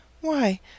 Why